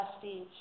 prestige